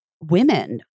women